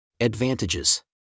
Advantages